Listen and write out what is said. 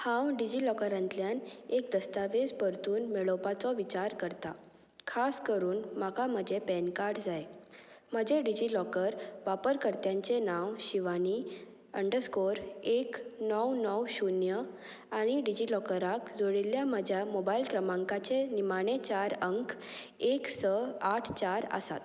हांव डिजिलॉकरांतल्यान एक दस्तावेज परतून मेळोवपाचो विचार करतां खास करून म्हाका म्हजें पॅन कार्ड जाय म्हजें डिजिलॉकर वापरकर्त्यांचें नांव शिवानी अंडरस्कोर एक णव णव शुन्य आनी डिजिलॉकराक जोडिल्ल्या म्हज्या मोबायल क्रमांकाचे निमाणें चार अंक एक स आठ चार आसात